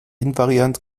invariant